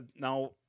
Now